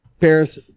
Paris